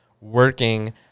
working